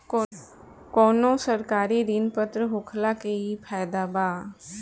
कवनो सरकारी ऋण पत्र होखला के इ फायदा बा